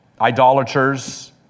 idolaters